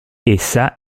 essa